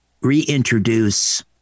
Reintroduce